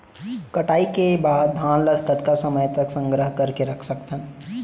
कटाई के बाद धान ला कतका समय तक संग्रह करके रख सकथन?